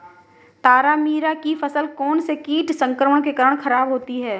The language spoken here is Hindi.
तारामीरा की फसल कौनसे कीट संक्रमण के कारण खराब होती है?